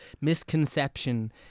misconception